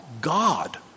God